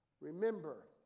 Remember